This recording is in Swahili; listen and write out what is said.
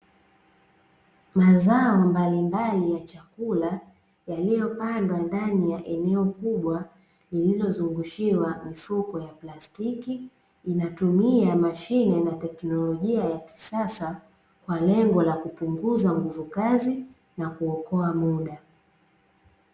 Mazao mbalimbali ya chakula yaliyopandwa ndani ya eneo kubwa iliyozungushiwa mifuko ya plastiki. Inatumia mashine na teknolojia ya kisasa kwa lengo la kupunguza nguvu kazi na kuokoa muda.